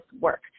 work